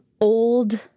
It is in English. old